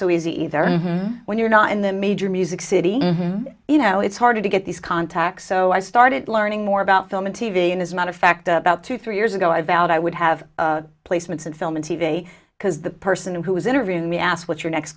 so easy either and when you're not in the major music city you know it's harder to get these contacts so i started learning more about film and t v and as a matter of fact about two three years ago i vowed i would have placements in film and t v because the person who was interviewing me asked what your next